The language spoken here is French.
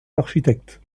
l’architecte